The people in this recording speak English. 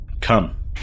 Come